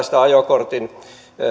sitä ajokortin